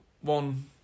one